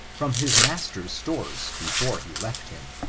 from his master's stores, before he left him.